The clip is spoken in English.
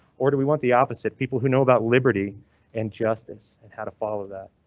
or do we want the opposite people who know about liberty and justice and how to follow that?